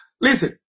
Listen